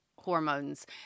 hormones